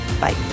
Bye